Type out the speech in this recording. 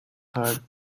heart